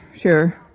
Sure